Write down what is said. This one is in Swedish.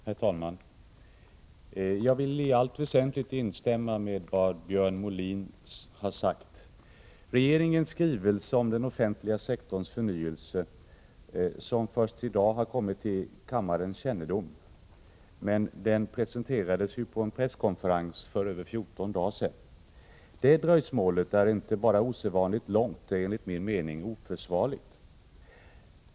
Herr talman! Jag vill i allt väsentligt instämma i vad Björn Molin har sagt. Regeringens skrivelse om den offentliga sektorns förnyelse har först i dag kommit till kammarens kännedom. Men den presenterades på en presskonferens för över 14 dagar sedan. Det dröjsmålet är inte bara osedvanligt långt, utan det är enligt min mening också oförsvarligt.